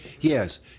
Yes